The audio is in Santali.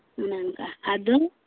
ᱚᱱᱮ ᱚᱝᱠᱟ ᱟᱫᱚ